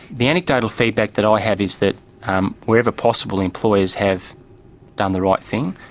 the anecdotal feedback that i have is that um wherever possible employers have done the right thing.